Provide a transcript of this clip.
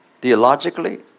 theologically